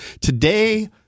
today